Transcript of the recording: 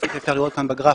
אפשר לראות כאן בגרף,